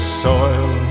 soil